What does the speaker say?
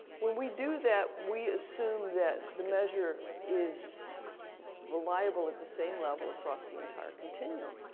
when we do that, we assume that the measure is reliable at the same level across the entire continuum.